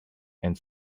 and